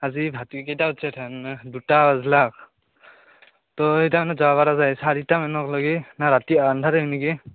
আজি ভাতি কেটা বাজিছে এথেন দুটা বাজলাক তই চাৰিটা মানক লেগি না ৰাতি আন্ধাৰে হয় নেকি